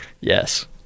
Yes